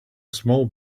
small